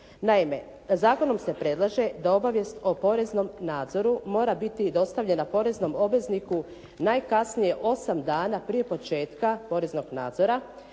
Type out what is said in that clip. Naime, zakonom se predlaže da obavijest o poreznom nadzoru mora biti dostavljena poreznom obvezniku najkasnije osam dana prije početka poreznog nadzora